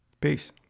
Peace